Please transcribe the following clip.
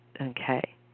okay